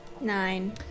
nine